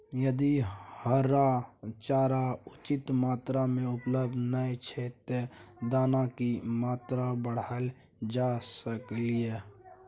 यदि हरा चारा उचित मात्रा में उपलब्ध नय छै ते दाना की मात्रा बढायल जा सकलिए?